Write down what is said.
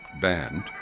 band